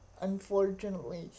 unfortunately